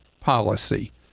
policy